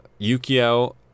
Yukio